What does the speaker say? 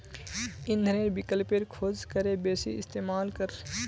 इंधनेर विकल्पेर खोज करे बेसी इस्तेमाल कर